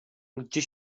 gdzie